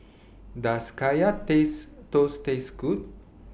Does Kaya Taste Toast Taste Good